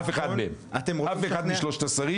אף אחד מהם, מידיעה.